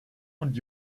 und